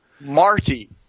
Marty